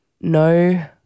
no